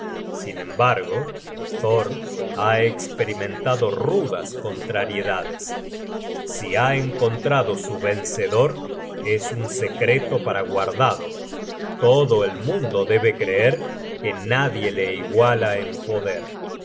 sin embargo thor ha esperimentado rudas contrariedades si ha encontrado su vencedor es un secreto para guardado todo el mundo debe creer que nadie le iguala en poder